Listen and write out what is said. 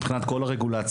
מבחינת כל הרגולציה,